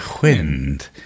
wind